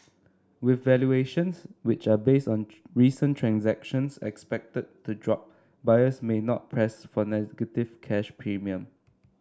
with valuations which are based on recent transactions expected to drop buyers may not press for negative cash premium